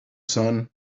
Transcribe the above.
sun